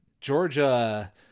Georgia